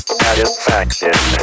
satisfaction